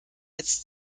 jetzt